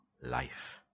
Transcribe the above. life